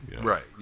Right